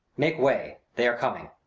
make way, they are coming.